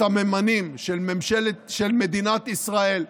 סממנים של מדינת ישראל,